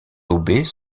lobées